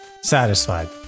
satisfied